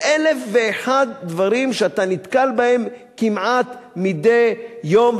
ואלף-ואחד דברים שאתה נתקל בהם כמעט מדי יום,